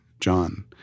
John